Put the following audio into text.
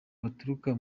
baturuka